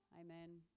Amen